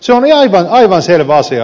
se on aivan selvä asia